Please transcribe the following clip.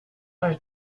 are